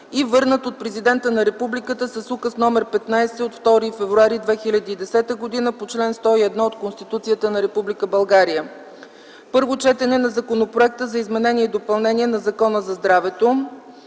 и върнат от президента на републиката с Указ № 15 от 2 февруари 2010 г. по чл. 101 от Конституцията на Република България. 6. Първо четене на Законопроекта за изменение и допълнение на Закона за здравето.